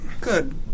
good